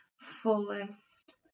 fullest